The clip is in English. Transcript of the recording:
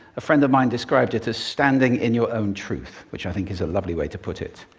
a friend of mine described it as standing in your own truth, which i think is a lovely way to put it.